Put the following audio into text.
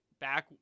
back –